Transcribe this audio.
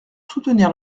soutenir